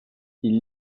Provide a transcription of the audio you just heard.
ils